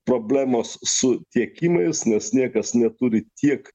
problemos su tiekimais nes niekas neturi tiek